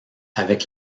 avec